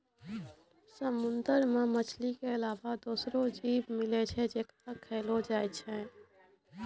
समुंदर मे मछली के अलावा दोसरो जीव मिलै छै जेकरा खयलो जाय छै